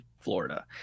florida